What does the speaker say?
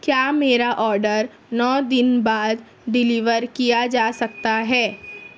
کیا میرا آڈر نو دن بعد ڈیلیور کیا جا سکتا ہے